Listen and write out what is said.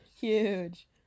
huge